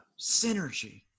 Synergy